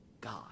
God